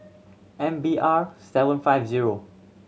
M B R seven five zero